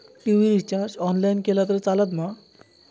TV recharge online केला तरी चलात मा?